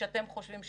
מה רשימת היישובים?